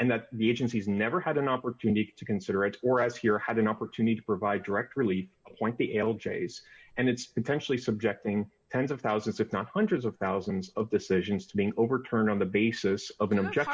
and that the agency has never had an opportunity to consider it or as here had an opportunity to provide direct really point the l j's and it's intentionally subjecting tens of thousands if not hundreds of thousands of decisions to being overturned on the basis of an